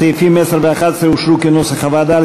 סעיפים 10 ו-11 אושרו, כנוסח הוועדה.